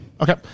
okay